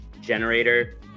generator